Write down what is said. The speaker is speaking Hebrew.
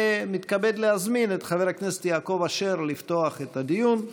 ומתכבד להזמין את חבר הכנסת יעקב אשר לפתוח את הדיון.